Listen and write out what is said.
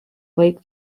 lake